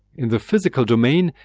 in the physical domain,